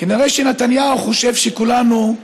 כנראה שנתניהו חושב שכולנו,